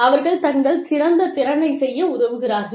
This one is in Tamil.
அவர்கள் தங்கள் சிறந்த திறனைச் செய்ய உதவுகிறார்கள்